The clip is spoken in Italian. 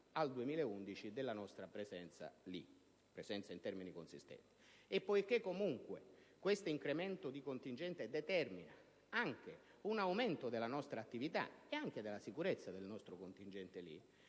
al 2011 della nostra presenza in termini consistenti in quella regione. E poiché comunque questo incremento di contingente determina anche un aumento della nostra attività e della sicurezza del nostro contingente,